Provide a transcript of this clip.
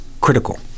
critical